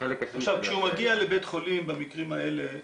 כשהוא מגיע לבית חולים במקרים האלה,